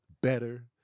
better